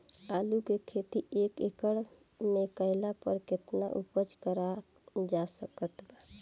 आलू के खेती एक एकड़ मे कैला पर केतना उपज कराल जा सकत बा?